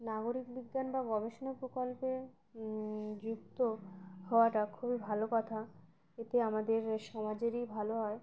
নাগরিক বিজ্ঞান বা গবেষণা প্রকল্পে যুক্ত হওয়াটা খুবই ভালো কথা এতে আমাদের সমাজেরই ভালো হয়